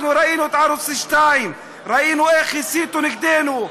אנחנו ראינו את ערוץ 2, ראינו איך הסיתו נגדנו.